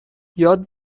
یاد